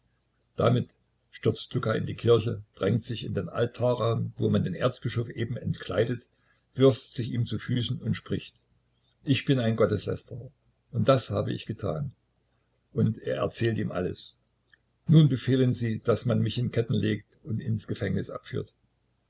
damit stürzt luka in die kirche drängt sich in den altarraum wo man den erzbischof eben entkleidet wirft sich ihm zu füßen und spricht ich bin ein gotteslästerer und das habe ich getan und er erzählt ihm alles nun befehlen sie daß man mich in ketten legt und ins gefängnis abführt